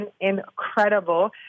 incredible